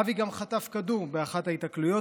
אבי גם חטף כדור באחת ההיתקלויות,